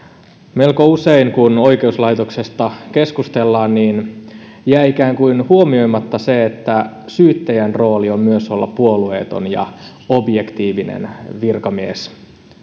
melko usein kun oikeuslaitoksesta keskustellaan jää ikään kuin huomioimatta se että syyttäjän rooli on myös olla puolueeton ja objektiivinen virkamies